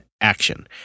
action